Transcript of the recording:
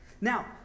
Now